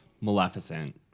Maleficent